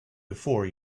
before